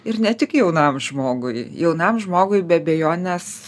ir ne tik jaunam žmogui jaunam žmogui be abejonės